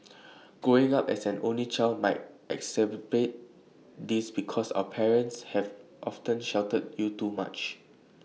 growing up as an only child might exacerbate this because your parents have often sheltered you too much